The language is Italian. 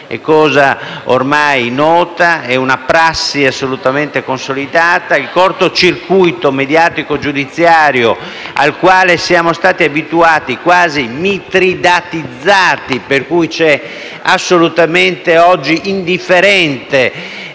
È cosa ormai nota ed è una prassi assolutamente consolidata il corto circuito mediatico-giudiziario al quale siamo stati abituati e quasi mitridatizzati, per cui oggi ci è assolutamente indifferente